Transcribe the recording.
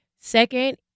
Second